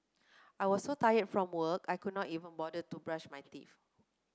I was so tired from work I could not even bother to brush my teeth